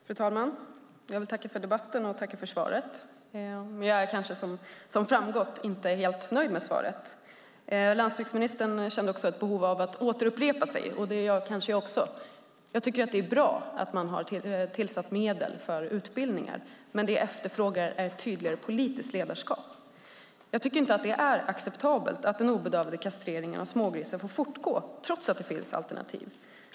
Fru talman! Jag vill tacka för debatten och för svaret. Jag är väl, som har framgått, inte helt nöjd med svaret. Landsbygdsministern kände också ett behov av att upprepa sig, och det kanske jag också gör. Jag tycker att det är bra att man har avsatt medel för utbildningar, men det jag efterfrågar är ett tydligare politiskt ledarskap. Jag tycker inte att det är acceptabelt att kastreringen av smågrisar utan bedövning får fortgå trots att det finns alternativ.